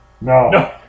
No